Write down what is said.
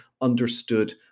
understood